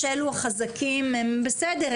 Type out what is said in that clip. שאלו החזקים הם בסדר,